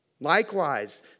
Likewise